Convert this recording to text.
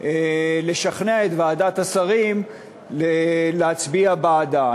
לשכנע את ועדת השרים להצביע בעדה.